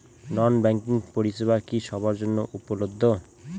নন banking পরিষেবা কি সবার জন্য উপলব্ধ?